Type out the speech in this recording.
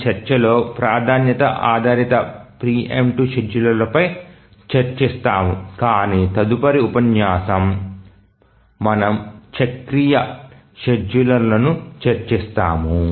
మన చర్చలో ప్రాధాన్యత ఆధారిత ప్రీ ఎమ్ప్టివ్ షెడ్యూలర్లపై చర్చిస్తాము కాని తదుపరి ఉపన్యాసం మనము చక్రీయ షెడ్యూలర్లను చర్చిస్తాము